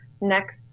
next